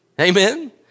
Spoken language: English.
Amen